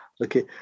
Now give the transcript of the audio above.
Okay